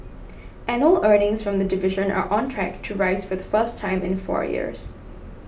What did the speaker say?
annual earnings from the division are on track to rise for the first time in the four years